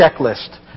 checklist